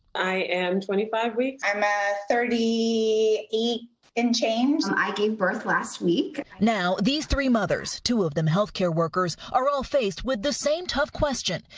i am twenty five weeks. i'm at thirty eight and change. and i gave birth last week. reporter now these three mothers, two of them health care workers, are all faced with the same tough question.